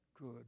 good